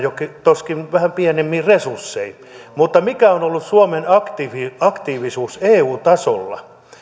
joskin vähän pienemmin resurssein mikä on ollut suomen aktiivisuus eu tasolla